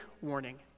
warning